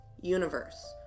universe